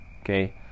Okay